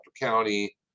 County